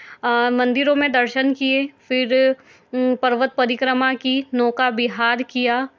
मंदिरों में दर्शन किए फिर पर्वत परिक्रमा की नौका विहार किया